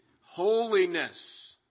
holiness